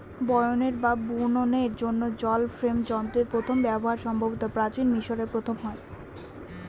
বয়নের বা বুননের জন্য জল ফ্রেম যন্ত্রের প্রথম ব্যবহার সম্ভবত প্রাচীন মিশরে প্রথম হয়